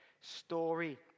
story